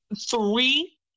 three